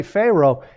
Pharaoh